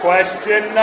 Question